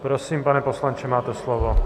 Prosím, pane poslanče, máte slovo.